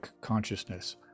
consciousness